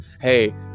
hey